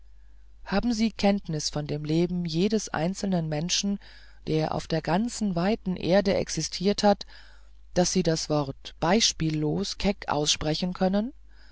haben sie kenntnis von dem leben jedes einzelnen menschen der auf der ganzen weiten erde existiert hat daß sie das wort beispiellos keck aussprechen können